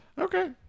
Okay